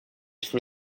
for